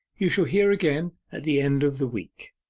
you shall hear again at the end of the week